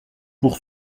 pour